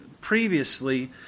previously